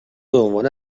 بعنوان